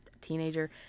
teenager